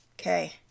okay